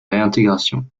réintégration